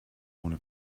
ohne